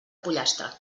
pollastre